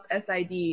sid